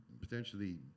potentially